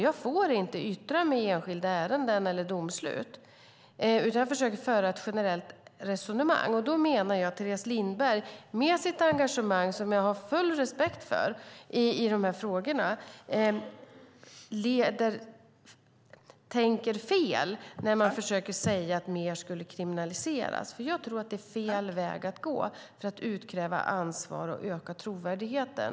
Jag får inte yttra mig i enskilda ärenden eller domslut, utan jag försöker föra ett generellt resonemang. Då menar jag att Teres Lindberg med sitt engagemang i de här frågorna, som jag har full respekt för, tänker fel när hon försöker säga att mer skulle kriminaliseras. Jag tror att det är fel väg att gå för att utkräva ansvar och öka trovärdigheten.